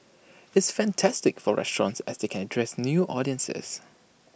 it's fantastic for restaurants as they can address new audiences